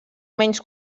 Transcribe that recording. menys